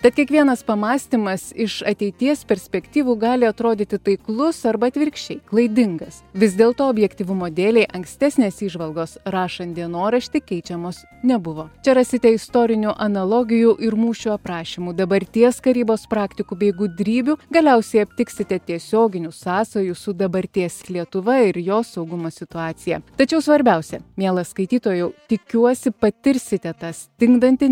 tad kiekvienas pamąstymas iš ateities perspektyvų gali atrodyti taiklus arba atvirkščiai klaidingas vis dėlto objektyvumo dėlei ankstesnės įžvalgos rašant dienoraštį keičiamos nebuvo čia rasite istorinių analogijų ir mūšių aprašymų dabarties karybos praktikų bei gudrybių galiausiai aptiksite tiesioginių sąsajų su dabarties lietuva ir jos saugumo situacija tačiau svarbiausia mielas skaitytojau tikiuosi patirsite tą stingdantį